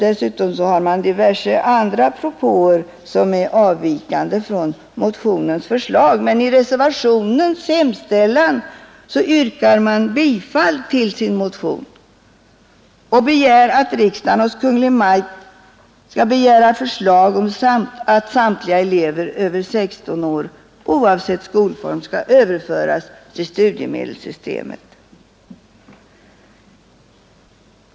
Dessutom har man diverse andra propåer som avviker från motionens förslag. I reservationens hemställan tillstyrker man ändå bifall till sin motion och kräver att riksdagen hos Kungl. Maj:t skall begära förslag om att samtliga elever över 16 år, oavsett skolform, skall överföras till studiemedelssystemet.